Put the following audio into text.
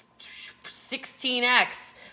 16X